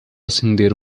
acender